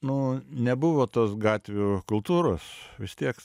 nu nebuvo tos gatvių kultūros vis tiek